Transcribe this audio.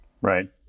Right